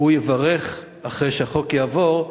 שהוא יברך, אחרי שהחוק יעבור,